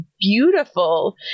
beautiful